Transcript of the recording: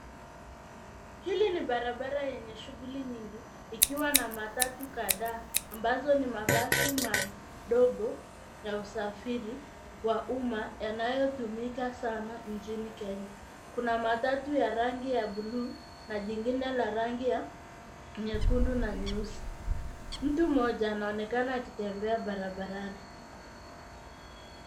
Hili ni barabara yenye shughuli nyingi ikiwa na matatu kadhaa ambazo ni mabasi madogo ya usafiri wa umma yanayotumika sana nchini Kenya. Kuna matatu ya rangi ya bluu na jingine la rangi ya nyekundu na nyeusi. Mtu mmoja anaonekana akitembea barabarani.